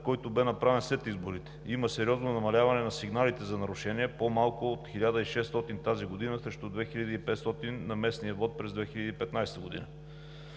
който бе направен след изборите. Има сериозно намаляване на сигналите за нарушения – по-малко от 1600 са тази година срещу 2500 на местния вот през 2015 г.